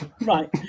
Right